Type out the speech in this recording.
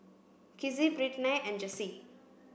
Kizzie Brittnay and Jessye